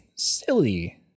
Silly